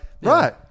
right